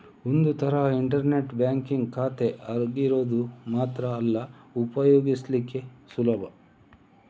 ಒಂದು ತರದ internet banking ಖಾತೆ ಆಗಿರೋದು ಮಾತ್ರ ಅಲ್ಲ ಉಪಯೋಗಿಸ್ಲಿಕ್ಕೆ ಸುಲಭ